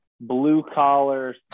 blue-collar